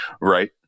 right